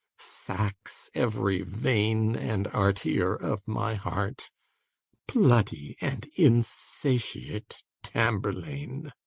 sacks every vein and artier of my heart bloody and insatiate tamburlaine!